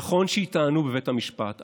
נכון שייטענו בבית המשפט.